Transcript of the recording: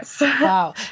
Wow